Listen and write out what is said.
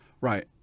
Right